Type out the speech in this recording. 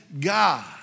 God